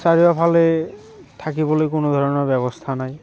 চাৰিওফালে থাকিবলৈ কোনো ধৰণৰ ব্যৱস্থা নাই